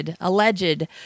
alleged